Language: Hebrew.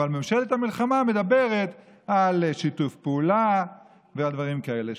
אבל ממשלת המלחמה מדברת על שיתוף פעולה ועל דברים כאלה.